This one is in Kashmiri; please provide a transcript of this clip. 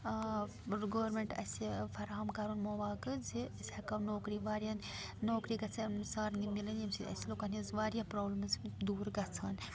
گورمننٛٹ اَسہِ فراہَم کَرُن مُواقعہٕ زِ أسۍ ہٮ۪کو نوکری واریاہَن نوکری گَژھن سارنی مِلٕنۍ ییٚمہِ سۭتۍ اَسہِ لوٗکَن ہِنٛز واریاہ پرابلِمٕز دوٗر گَژھان